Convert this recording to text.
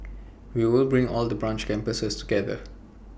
we will bring all the branch campuses together